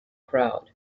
crowd